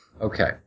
Okay